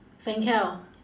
fancl